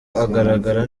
agaragara